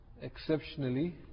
exceptionally